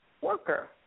worker